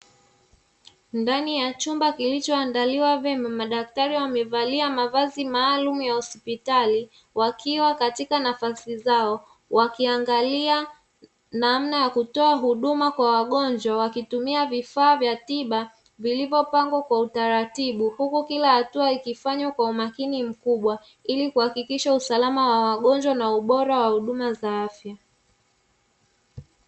Ndani ya chumba kilichoandaliwa vema madaktari wamevalia mavazi maalum ya hospitali wakiwa katika nafasi zao, wakiangalia namna ya kutoa huduma kwa wagonjwa wakitumia vifaa vya tiba vilivyopangwa kwa utaratibu, huku kila hatua ikifanywa kwa umakini mkubwa ili kuhakikisha usalama wa wagonjwa na ubora wa huduma za afya.